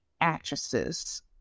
actresses